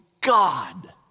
God